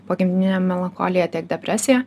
pogimdyvinė melancholija tiek depresija